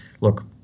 look